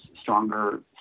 stronger